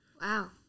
wow